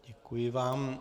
Děkuji vám.